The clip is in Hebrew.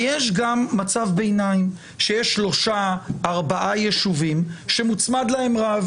ויש גם מצב ביניים שיש שלושה-ארבעה יישובים שמוצמד להם רב.